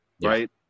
right